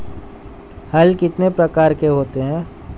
हल कितने प्रकार के होते हैं?